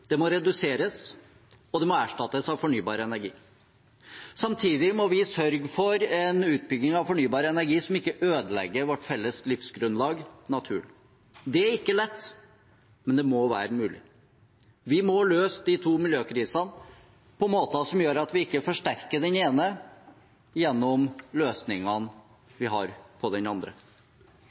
Det må reduseres, og det må erstattes av fornybar energi. Samtidig må vi sørge for en utbygging av fornybar energi som ikke ødelegger vårt felles livsgrunnlag: naturen. Det er ikke lett, men det må være mulig. Vi må løse de to miljøkrisene på måter som gjør at vi ikke forsterker den ene gjennom løsningene vi har på den andre.